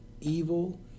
evil